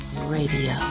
radio